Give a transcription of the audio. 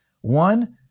One